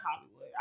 Hollywood